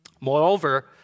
Moreover